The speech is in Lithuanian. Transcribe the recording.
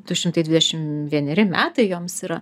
du šimtai dvidešim vieneri metai joms yra